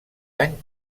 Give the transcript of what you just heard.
any